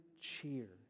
cheer